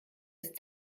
ist